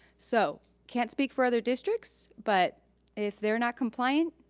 so can't speak for other districts but if they're not compliant,